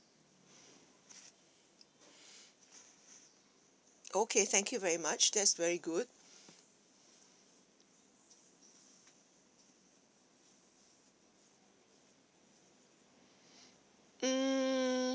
okay thank you very much that's very good